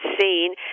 seen